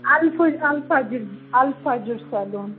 اَلفے الفاجر الفاجر سیٚلون